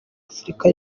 afurika